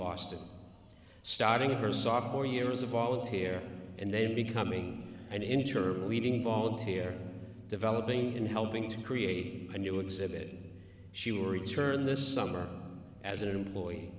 boston starting her sophomore year as a volunteer and then becoming an inter meeting volunteer developing and helping to create a new exhibit she will return this summer as an employee